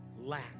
lack